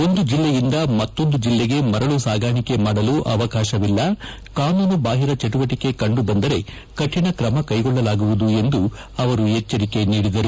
ಒಂದು ಜಿಲ್ಲೆಯಿಂದ ಮತ್ತೊಂದು ಜಿಲ್ಲೆಗೆ ಮರಳು ಸಾಗಾಣಿಕೆ ಮಾಡಲು ಅವಕಾಶವಿಲ್ಲ ಕಾನೂನು ಬಾಹಿರ ಚಟುವಟಿಕೆ ಕಂಡುಬಂದರೆ ಕಠಿಣ ಕ್ರಮ ಕೈಗೊಳ್ಳಲಾಗುವುದು ಎಂದು ಎಚ್ಚರಿಕೆ ಅವರು ನೀಡಿದರು